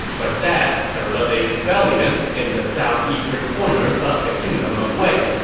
but that stirred up a rebellion in the southeastern corner of the kingdom of wei,